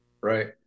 Right